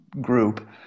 group